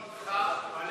אני מסכים אתך בלב